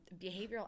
behavioral